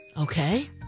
Okay